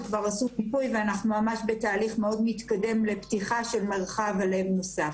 שכבר עשו --- ואנחנו ממש בתהליך מאוד מתקדם לפתיחה של מרחב הלב נוסף.